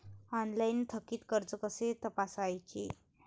Online थकीत कर्ज कसे तपासायचे?